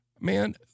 man